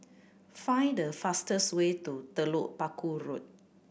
find the fastest way to Telok Paku Road